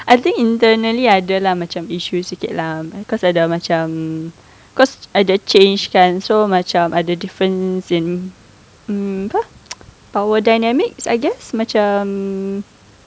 I think internally adalah macam issue sikit lah cause dia dah macam cause ada change kan so macam the difference in mm apa power dynamics I guess much macam mm